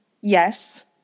yes